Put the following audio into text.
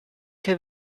che